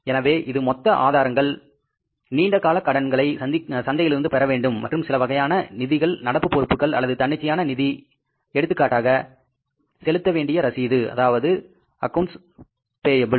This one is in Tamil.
எனவே இது மொத்த ஆதாரங்கள் நீண்ட கால கடன்களை சந்தையிலிருந்து பெறவேண்டும் மற்றும் சிலவகையான நிதிகள் நடப்பு பொறுப்புகள் அல்லது தன்னிச்சையான நிதி எடுத்துக்காட்டாக செலுத்தப்பட வேண்டிய ரசீது இவை அனைத்தும் வரும்